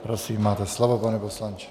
Prosím, máte slovo, pane poslanče.